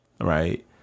Right